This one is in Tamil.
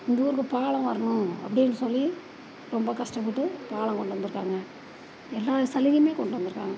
இந்த ஊருக்கு பாலம் வரணும் அப்படின்னு சொல்லி ரொம்ப கஷ்டப்பட்டு பாலம் கொண்டு வந்துருக்காங்க எல்லா சலுகையும் கொண்டு வந்துருக்காங்க